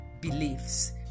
beliefs